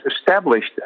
established